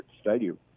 stadium